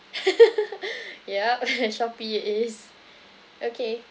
yup Shopee it is okay